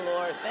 Lord